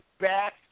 back